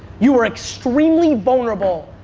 you're extremely vulnerable.